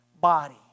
body